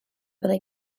byddai